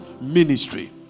ministry